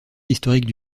historique